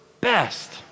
best